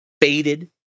faded